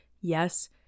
Yes